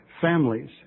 families